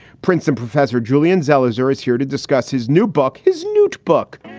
princeton professor julian zelizer is here to discuss his new book, his new book,